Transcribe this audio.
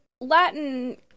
latin